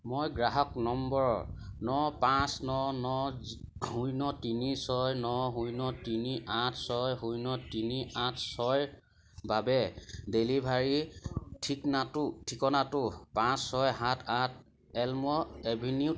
মই গ্ৰাহক নম্বৰ ন পাঁচ ন ন শূন্য তিনি ছয় ন শূন্য তিনি আঠ ছয় শূন্য তিনি আঠ ছয়ৰ বাবে ডেলিভাৰী ঠিকনাটো ঠিকনাটো পাঁচ ছয় সাত আঠ এল্ম এভিনিউ